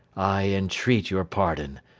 i entreat your pardon.